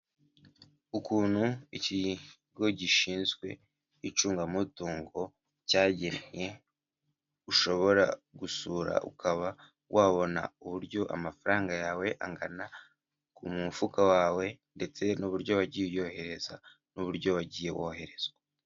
Ukuntu ikigo gishinzwe icungamutungo cyagennye, ushobora gusura ukaba wabona uburyo amafaranga yawe angana ku mufuka wawe ndetse n'uburyo wagiye uyohereza n'uburyo wagiye wohererezwa.